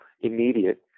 immediate